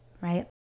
right